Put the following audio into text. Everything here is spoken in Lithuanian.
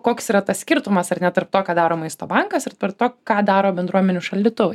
koks yra tas skirtumas ar ne tarp to ką daro maisto bankas ir tarp to ką daro bendruomenių šaldytuvai